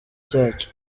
cyacu